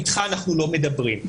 איתך אנחנו לא מדברים.